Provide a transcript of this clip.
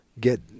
get –